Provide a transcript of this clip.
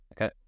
okay